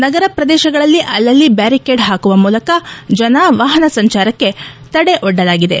ನಗರ ಪ್ರದೇಶಗಳಲ್ಲಿ ಅಲ್ಲಲ್ಲಿ ಬ್ಯಾರಿಕ್ಕಾಡ್ ಹಾಕುವ ಮೂಲಕ ಜನ ವಾಹನ ಸಂಚಾರಕ್ಕೆ ತಡೆವೊಡ್ಡಲಾಗಿದೆ